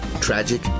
tragic